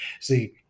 See